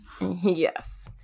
Yes